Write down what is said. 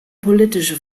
politische